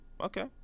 okay